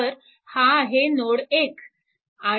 तर हा आहे नोड 1